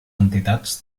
entitats